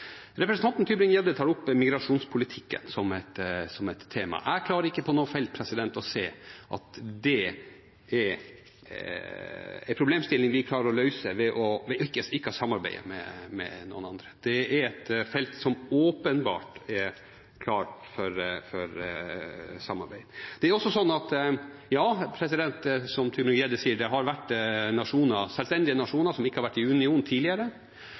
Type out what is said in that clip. Representanten Tybring-Gjedde tar opp migrasjonspolitikken som et tema. Jeg klarer ikke på noe felt å se at det er en problemstilling vi klarer å løse ved ikke å samarbeide med noen andre. Det er et felt som åpenbart er klart for samarbeid. Som Tybring-Gjedde sier, har det vært selvstendige nasjoner som ikke har vært i union tidligere.